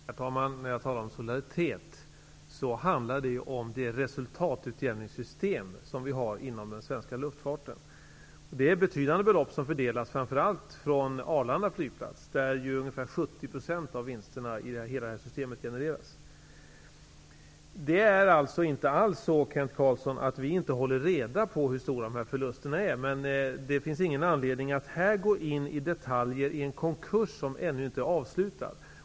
Herr talman! När jag talar om solidaritet, handlar det om det resultatutjämningssystem som finns inom den svenska luftfarten. Det är betydande belopp som fördelas framför allt från Arlanda flygplats. Ungefär 70 % av vinsterna genereras därifrån. Det är inte så, Kent Carlsson, att vi inte håller reda på hur stora förlusterna är. Men det finns inte någon anledning att här mycket detaljerat studera en konkurs som ännu inte är avslutad.